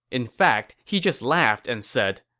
in fact, he just laughed and said,